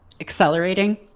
accelerating